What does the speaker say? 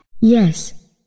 Yes